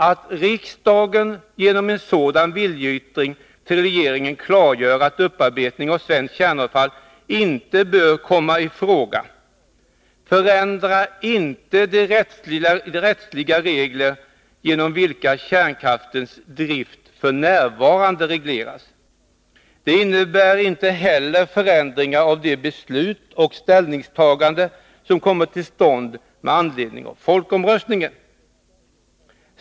Att riksdagen genom en sådan viljeyttring till regeringen klargör att upparbetning av svenskt kärnkraftsavfall inte bör komma i fråga förändrar inte de rättsliga regler genom vilka kärnkraftens drift f. n. regleras. Det innebär inte heller förändringar av de beslut och ställningstaganden som har kommit till stånd med anledning av folkomröstningen.